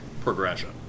progression